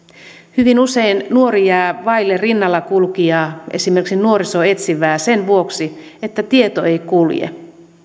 hyvin usein nuori jää vaille rinnalla kulkijaa esimerkiksi nuorisoetsivää sen vuoksi että tieto ei kulje